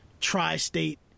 tri-state